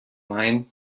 mind